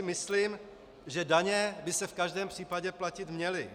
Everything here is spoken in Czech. Myslím si, že daně by se v každém případě platit měly.